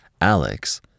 Alex